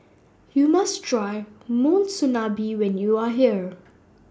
YOU must Try Monsunabe when YOU Are here